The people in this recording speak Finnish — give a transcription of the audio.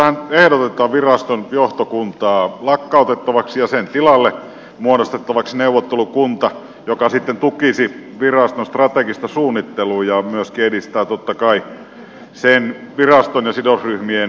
esityksessähän ehdotetaan viraston johtokuntaa lakkautettavaksi ja sen tilalle muodostettavaksi neuvottelukunta joka sitten tukisi viraston strategista suunnittelua ja myöskin edistää totta kai sen viraston ja sidosryhmien yhteistyötä